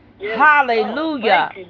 Hallelujah